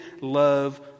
love